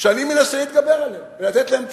שאני מנסה להתגבר עליהן ולתת להן תשובה.